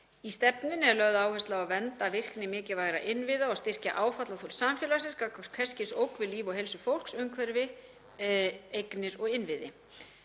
Í stefnunni er lögð áhersla á að vernda virkni mikilvægra innviða og styrkja áfallaþol samfélagsins gagnvart hvers kyns ógn við líf og heilsu fólks, umhverfi, eignir og innviði.